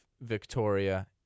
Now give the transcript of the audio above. Victoria